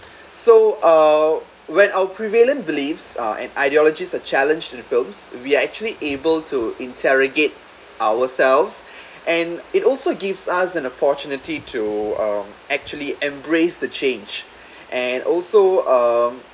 so uh when our prevailing beliefs uh and ideologies that challenged in the films we're actually able to interrogate ourselves and it also gives us an opportunity to uh actually embrace the change and also um